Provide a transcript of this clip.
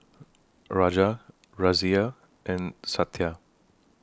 Raja Razia and Satya